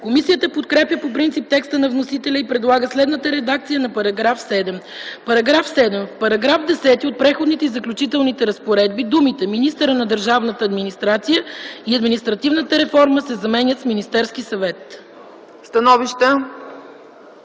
Комисията подкрепя по принцип текста на вносителя и предлага следната редакция на § 7: „§ 7. В § 10 от Преходните и заключителните разпоредби думите „министъра на държавната администрация и административната реформа” се заменят с „Министерския съвет”.”